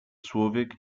człowiek